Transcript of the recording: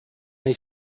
they